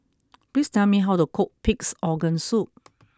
please tell me how to cook Pig'S Organ Soup